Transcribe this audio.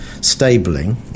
stabling